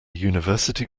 university